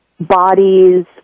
Bodies